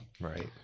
Right